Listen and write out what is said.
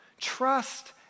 Trust